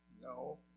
No